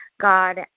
God